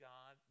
God